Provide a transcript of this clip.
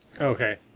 Okay